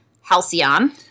Halcyon